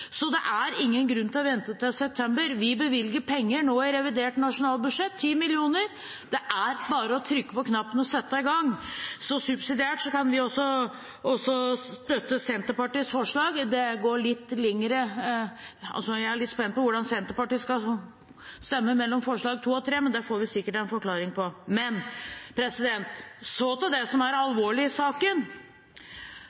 så det er ingen grunn til å vente til september. Vi bevilger penger nå i revidert nasjonalbudsjett – 10 mill. kr. Det er bare å trykke på knappen og sette i gang. Subsidiært kan vi også støtte Senterpartiets forslag. Jeg er litt spent på hvordan Senterpartiet skal stemme mellom forslagene nr. 2 og 3, men det får vi sikkert en forklaring på. Så til det som er